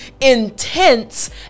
intense